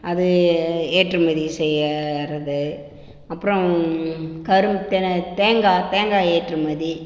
அது ஏற்றுமதி செய்கிறது அப்புறம் கரும்பு தெனை தேங்காய் தேங்காய் ஏற்றுமதி